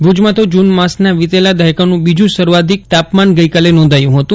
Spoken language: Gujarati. ભુજમાં તો જુન માસના વિતેલા દાયકાનું બીજું સર્વાધીક તાપમાન ગઈકાલે નોંધાયું હતું